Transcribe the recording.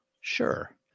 sure